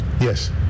Yes